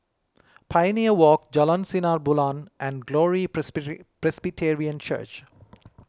Pioneer Walk Jalan Sinar Bulan and Glory Presbyterian Church